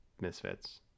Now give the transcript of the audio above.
misfits